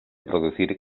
producir